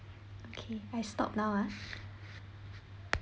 okay I stop now ah